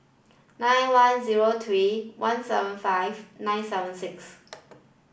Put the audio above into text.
nine one zero three one seven five nine seven six